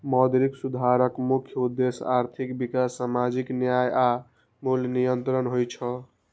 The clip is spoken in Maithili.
मौद्रिक सुधारक मुख्य उद्देश्य आर्थिक विकास, सामाजिक न्याय आ मूल्य नियंत्रण होइ छै